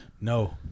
No